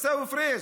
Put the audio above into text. עיסאווי פריג'